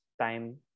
time